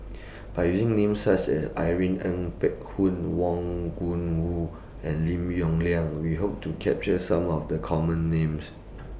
By using Names such as Irene Ng Phek Hoong Wang Gungwu and Lim Yong Liang We Hope to capture Some of The Common Names